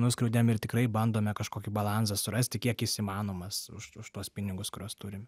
nuskriaudėm ir tikrai bandome kažkokį balansą surasti kiek jis įmanomas už už tuos pinigus kuriuos turim